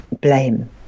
blame